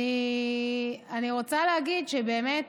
אני רוצה להגיד שבאמת,